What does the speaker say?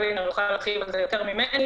היא לא קובעת מי יוצא ממנה,